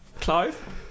Clive